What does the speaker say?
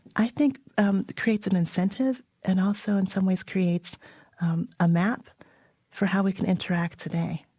i think um creates an incentive and also in some ways creates a map for how we can interact today